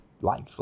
life